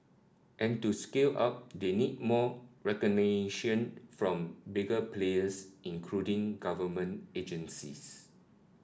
and to scale up they need more recognition from bigger players including government agencies